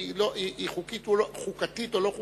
אם היא חוקתית או לא חוקתית,